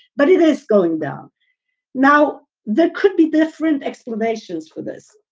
but it is going down now. that could be different explanations for this,